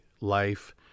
life